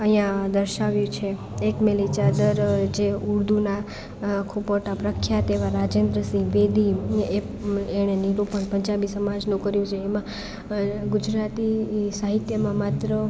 અહીંયા દર્શાવ્યું છે એક મેલી ચાદર જે ઉર્દૂના આ ખૂબ મોટા પ્રખ્યાત એવા રાજેન્દ્ર સિંહ બેદીએ એને નિરૂપણ પંજાબી સમાજનું કર્યું છે એમાં ગુજરાતી સાહિત્યમાં માત્ર